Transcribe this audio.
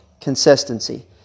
consistency